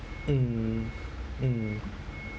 mm mm